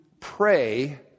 pray